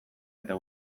eta